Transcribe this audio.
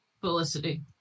Felicity